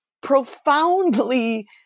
profoundly